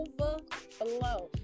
Overflow